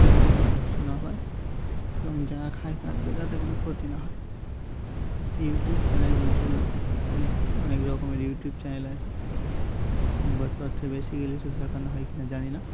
প্রাণীরাও কষ্ট না পায় এবং যারা খায় তাদেরও যাতে কোনো ক্ষতি না হয় এই ইউটিউব চ্যানেল বলতেও এখানে অনেক রকমের ইউটিউব চ্যানেল আছে সংবাদপত্র বেশি গেলে শুধু দেখানো হয় কি না জানি না